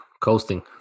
Coasting